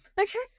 Okay